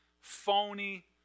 phony